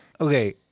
Okay